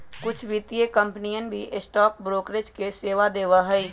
कुछ वित्तीय कंपनियन भी स्टॉक ब्रोकरेज के सेवा देवा हई